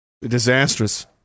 disastrous